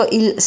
il